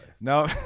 No